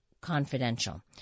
Confidential